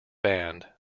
band